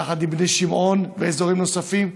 יחד עם בני שמעון ואזורים נוספים,